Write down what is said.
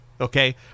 okay